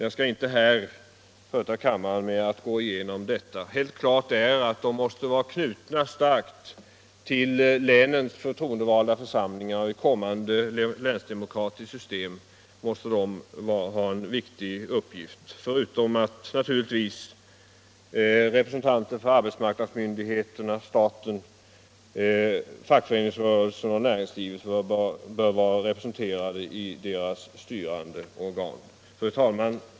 Jag skall inte här trötta kammaren med att gå genom detta. Helt klart är att de måste vara starkt knutna till länens förtroendevalda församlingar, och i ett kommande länsdemokratiskt system måste de ha en viktig uppgift. Dessutom bör naturligtvis representanter för arbetsmarknadsmyndigheterna, staten, fackföreningsrörelsen och näringslivet vara representerade i deras styrande organ. Fru talman!